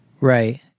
Right